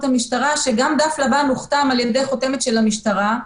המשטרה שגם דף לבן הוכתם על ידי חותמת של המשטרה.